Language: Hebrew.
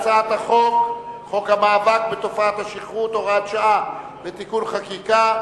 חוק המאבק בתופעת השכרות (הוראת שעה ותיקון חקיקה),